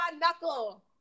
knuckle